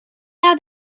now